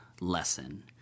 lesson